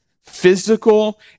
physical